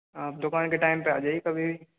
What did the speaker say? हाँ आप दुकान के टाइम पे आ जाइए कभी भी